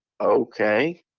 okay